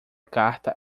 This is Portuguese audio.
carta